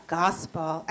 gospel